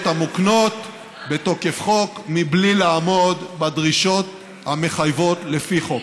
המוקנות בתוקף חוק מבלי לעמוד בדרישות המחייבות לפי חוק.